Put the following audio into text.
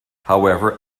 however